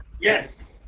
yes